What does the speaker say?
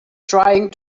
trying